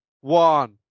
one